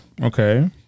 Okay